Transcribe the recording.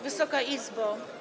Wysoka Izbo!